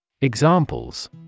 Examples